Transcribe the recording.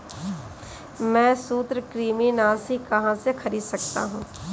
मैं सूत्रकृमिनाशी कहाँ से खरीद सकता हूँ?